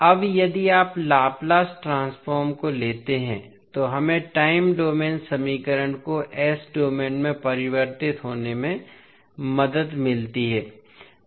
अब यदि आप लाप्लास ट्रांसफॉर्म को लेते हैं तो हमें टाइम डोमेन समीकरण को s डोमेन में परिवर्तित होने में मदद मिलती है